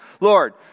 Lord